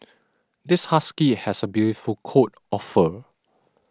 this husky has a beautiful coat of fur